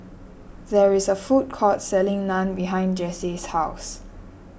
there is a food court selling Naan behind Jase's house